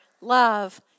love